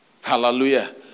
Hallelujah